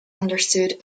understood